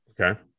okay